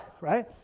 right